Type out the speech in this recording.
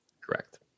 Correct